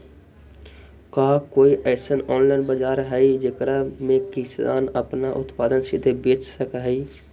का कोई अइसन ऑनलाइन बाजार हई जेकरा में किसान अपन उत्पादन सीधे बेच सक हई?